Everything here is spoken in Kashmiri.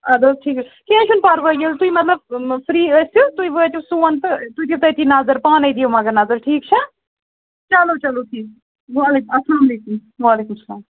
اَدٕ حظ ٹھیٖک حظ کیٚنٛہہ چھُنہٕ پرواے ییٚلہِ تُہۍ مطلب فرٛی ٲسِو تُہۍ وٲتِو سون تہٕ تُہۍ دِیِو تٔتِی نظر پانَے دِیِو مگر نظر ٹھیٖک چھا چلو چلو ٹھیٖک وعلیک السلامُ علیکُم وعلیکُم سلام